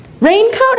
Raincoat